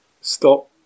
Stop